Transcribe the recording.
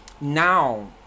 now